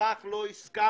לכך לא הסכמנו.